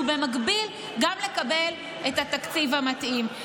ובמקביל גם לקבל את התקציב המתאים.